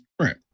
Right